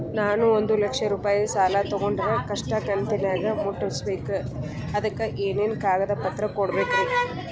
ನಾನು ಒಂದು ಲಕ್ಷ ರೂಪಾಯಿ ಸಾಲಾ ತೊಗಂಡರ ಎಷ್ಟ ಕಂತಿನ್ಯಾಗ ಮುಟ್ಟಸ್ಬೇಕ್, ಅದಕ್ ಏನೇನ್ ಕಾಗದ ಪತ್ರ ಕೊಡಬೇಕ್ರಿ?